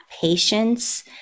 patience